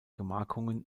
gemarkungen